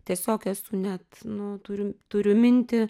tiesiog esu net nu turiu turiu mintį